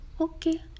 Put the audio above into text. okay